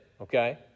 okay